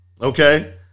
Okay